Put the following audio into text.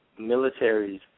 militaries